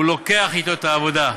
הוא לוקח אתו את העבודה.